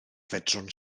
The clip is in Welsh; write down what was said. fedrwn